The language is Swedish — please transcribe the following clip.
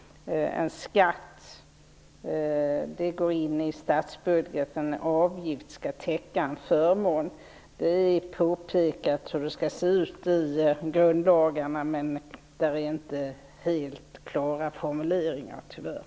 En skatt går in i statsbudgeten, medan en avgift skall täcka en förmån. Detta har angivits i grundlagarna, men formuleringarna där är tyvärr inte helt klara.